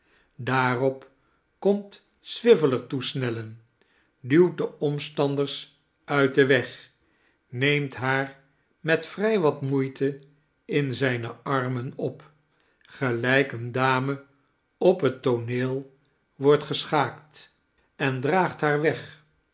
daarop komt swiveller toesnellen duwt de omstanders uit den weg neemt haar met vrij wat moeite in zijne armen op gelijk eene dame op het tooneel wordt geschaakt en draagt haar weg